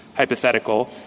Hypothetical